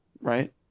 right